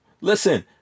Listen